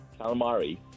Calamari